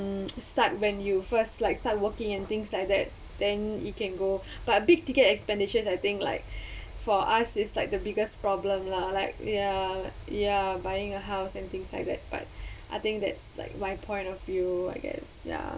mm start when you first like start working and things like that then it can go but big-ticket expenditures I think like for us is like the biggest problem lah like ya ya buying a house and things like that but I think that's like my point of view I guess ya